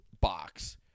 box